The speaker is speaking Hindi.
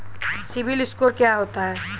सिबिल स्कोर क्या होता है?